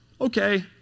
Okay